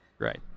right